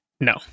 No